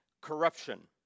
corruption